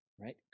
right